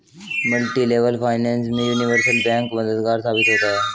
multilevel finance में universal bank मददगार साबित होता है